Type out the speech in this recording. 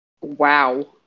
Wow